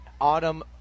autumn